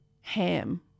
Ham